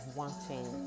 wanting